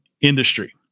industry